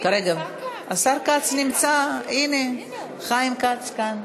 כץ נמצא כאן.